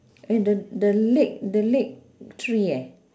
eh the the leg the leg three eh